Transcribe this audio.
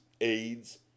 AIDS